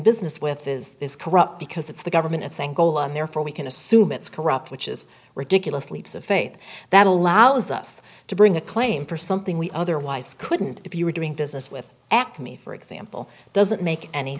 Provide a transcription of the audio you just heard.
business with is corrupt because it's the government it's angola and therefore we can assume it's corrupt which is ridiculous leaps of faith that allows us to bring a claim for something we otherwise couldn't if you were doing business with act to me for example doesn't make any